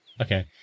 okay